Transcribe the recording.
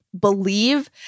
believe